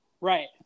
right